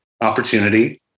opportunity